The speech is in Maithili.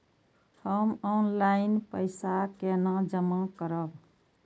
हम ऑनलाइन पैसा केना जमा करब?